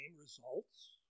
results